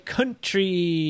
country